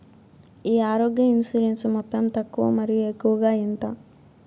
ఈ ఆరోగ్య ఇన్సూరెన్సు మొత్తం తక్కువ మరియు ఎక్కువగా ఎంత?